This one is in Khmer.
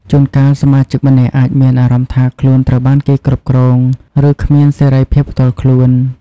ជួនកាល សមាជិកម្នាក់អាចមានអារម្មណ៍ថាខ្លួនត្រូវបានគេគ្រប់គ្រង ឬគ្មានសេរីភាពផ្ទាល់ខ្លួន។